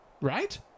right